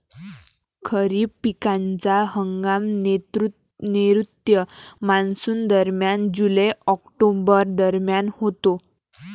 खरीप पिकांचा हंगाम नैऋत्य मॉन्सूनदरम्यान जुलै ऑक्टोबर दरम्यान होतो